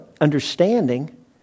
understanding